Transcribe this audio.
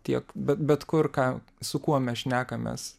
tiek bet bet kur ką su kuo mes šnekamės